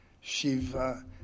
Shiva